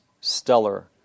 stellar